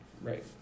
right